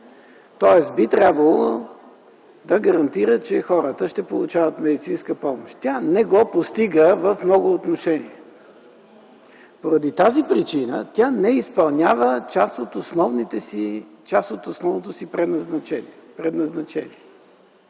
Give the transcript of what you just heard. тоест би трябвало да гарантира, че хората ще получават медицинска помощ. Тя не го постига в много отношения. Поради тази причина тя не изпълнява част от основното си предназначение.